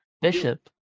bishop